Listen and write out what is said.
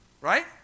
Right